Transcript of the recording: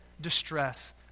distress